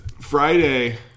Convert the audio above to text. Friday